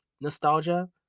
nostalgia